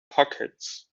pockets